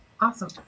Awesome